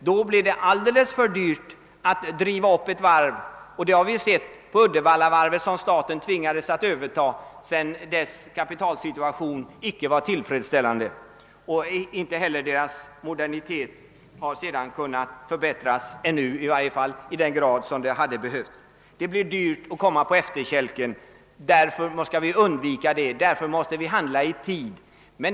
Då blir det alldeles för dyrt att driva upp varven. Det har vi sett exempel på — Uddevallavarvet, som staten tvingades överta sedan dess kapitalsituation hade blivit otillfredsställande, har ännu inte moderniserats och förbättrats i den grad som skulle behövas. Det blir dyrt att komma på efterkälken, därför måste vi handla i tid.